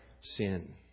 sin